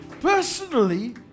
Personally